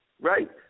right